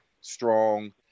strong